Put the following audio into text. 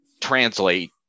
translate